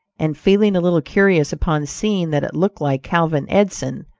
and feeling a little curious upon seeing that it looked like calvin edson,